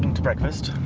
to breakfast? uhh,